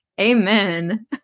Amen